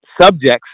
subjects